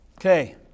Okay